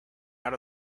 out